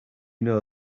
know